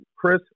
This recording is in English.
Chris